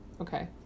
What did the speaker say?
Okay